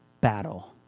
battle